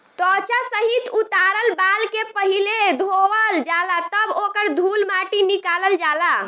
त्वचा सहित उतारल बाल के पहिले धोवल जाला तब ओकर धूल माटी निकालल जाला